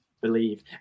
believe